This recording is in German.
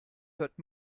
hört